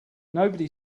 nobody